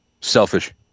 Selfish